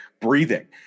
breathing